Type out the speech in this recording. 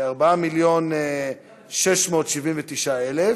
מיליון ו-679,000,